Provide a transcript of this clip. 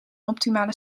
optimale